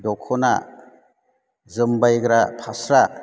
दख'ना जोमबायग्रा फास्रा